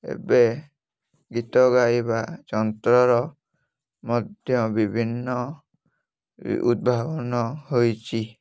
ଏବେ ଗୀତ ଗାଇବା ଯନ୍ତ୍ରର ମଧ୍ୟ ବିଭିନ୍ନ ଉଦ୍ଭାବନ ହୋଇଛି